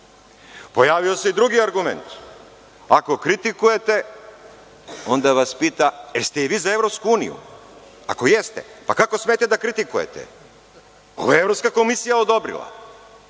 Pojavio se i drugi argument. Ako kritikujete, onda vas pitam – jeste i vi za EU? Ako jeste, pa kako smete da kritikujete? Ovo je Evropska komisija odobrila.